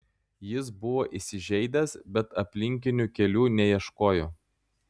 jis buvo įsižeidęs bet aplinkinių kelių neieškojo